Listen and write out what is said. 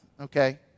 Okay